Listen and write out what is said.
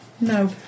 No